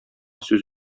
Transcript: сүз